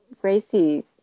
Gracie